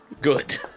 Good